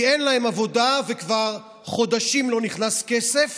כי אין להם עבודה, וכבר חודשים לא נכנס כסף,